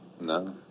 No